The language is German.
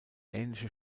ähnliche